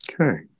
Okay